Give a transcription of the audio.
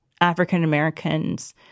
African-Americans